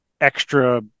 extra